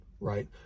right